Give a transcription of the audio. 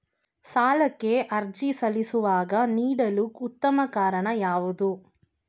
ಸಾಲಕ್ಕೆ ಅರ್ಜಿ ಸಲ್ಲಿಸುವಾಗ ನೀಡಲು ಉತ್ತಮ ಕಾರಣ ಯಾವುದು?